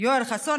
יואל חסון,